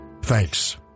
Thanks